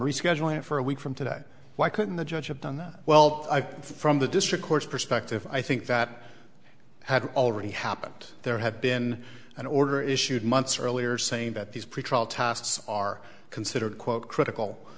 rescheduling for a week from today why couldn't the judge have done that well from the district court perspective i think that had already happened there had been an order issued months earlier saying that these pretrial tasks are considered quote critical